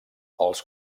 els